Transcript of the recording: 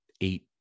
eight